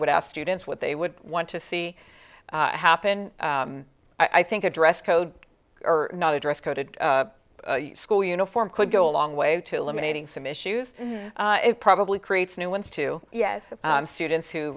would ask students what they would want to see happen i think a dress code or not a dress code a school uniform could go a long way to eliminating some issues it probably creates new ones too yes of students who